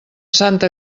santa